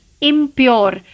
impure